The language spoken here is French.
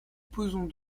posons